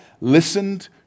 listened